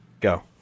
go